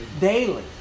daily